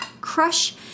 crush